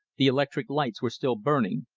the electric lights were still burning,